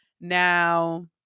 Now